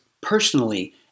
personally